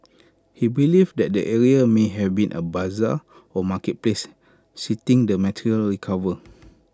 he believed that the area may have been A Bazaar or marketplace citing the material recovered